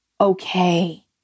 okay